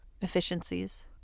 Efficiencies